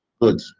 good